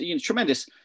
tremendous